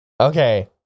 Okay